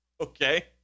Okay